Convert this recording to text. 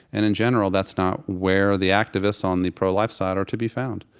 and in general that's not where the activists on the pro-life side are to be found.